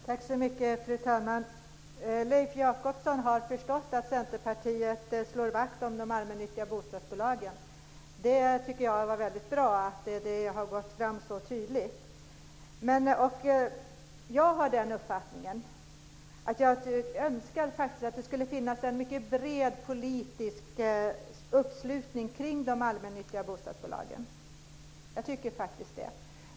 Fru talman! Leif Jakobsson har förstått att Centerpartiet slår vakt om de allmännyttiga bostadsbolagen. Jag tycker att det var väldigt bra att det har gått fram så tydligt. Jag önskar faktiskt att det skulle finnas en mycket bred politisk uppslutning kring de allmännyttiga bostadsbolagen. Det gör jag faktiskt.